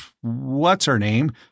what's-her-name